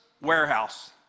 warehouse